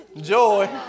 joy